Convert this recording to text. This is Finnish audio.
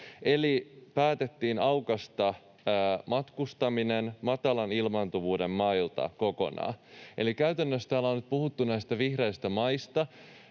eli päätettiin aukaista matkustaminen matalan ilmaantuvuuden mailta kokonaan. Eli käytännössä täällä on nyt puhuttu näistä vihreistä maista,